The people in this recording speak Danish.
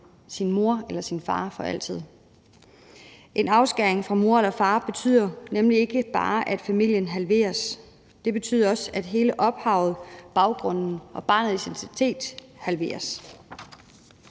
mor eller far for altid. En afskæring fra en mor eller far betyder nemlig ikke bare, at familien halveres, det betyder også, at hele ophavsbaggrunden og barnets identitet halveres.